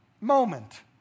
moment